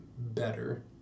better